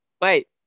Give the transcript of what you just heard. Wait